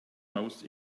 most